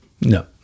No